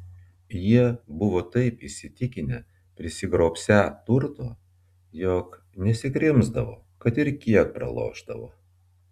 jie buvo taip įsitikinę prisigrobsią turto jog nesikrimsdavo kad ir kiek pralošdavo